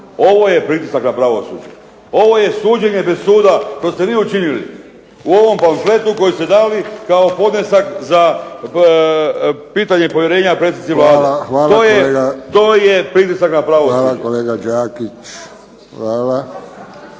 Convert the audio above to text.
Ovo je pritisak na pravosuđe, ovo je suđenje bez suda. To ste vi učinili. U ovom pamfletu koji ste dali kao podnesak za pitanje povjerenja predsjednici Vlade. To je pritisak na pravosuđe. **Friščić, Josip (HSS)** Hvala